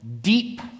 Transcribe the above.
deep